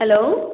hello